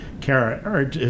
Kara